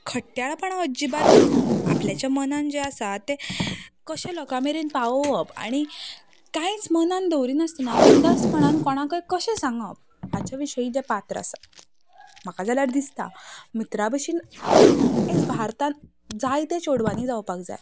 खड्यालपणां अजिबात ना आपल्याच्या मनांत जें आसा तें कशें लोकां मेरेन पावोवप आनी कांयच मनांत दवरिनासतना बिंदास्तपणान कोणाकूय कशें सांगप हाचे विशीं तें पात्र आसा म्हाका जाल्यार दिसता मित्रा भशेन आयज भारतांत जायत्या चेडवांनी जावपाक जाय